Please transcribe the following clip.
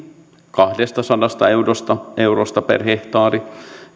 kahdestasadasta eurosta eurosta per hehtaari